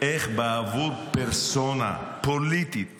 איך בעבור פרסונה פוליטית